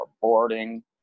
boarding